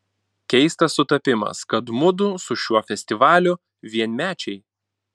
keistas sutapimas kad mudu su šiuo festivaliu vienmečiai